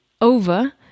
over